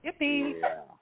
Yippee